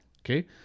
Okay